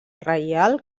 reial